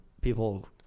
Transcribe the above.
people